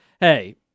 hey